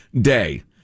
day